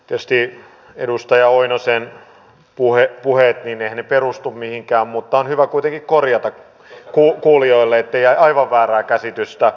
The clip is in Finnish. eiväthän edustaja oinosen puheet tietysti perustu mihinkään mutta on hyvä kuitenkin korjata kuulijoille ettei jää aivan väärää käsitystä